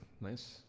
nice